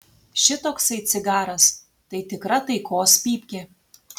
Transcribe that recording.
šitoksai cigaras tai tikra taikos pypkė